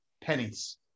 pennies